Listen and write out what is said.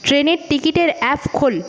ট্রেনের টিকিটের অ্যাপ খোল